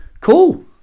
cool